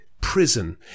Prison